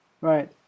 Right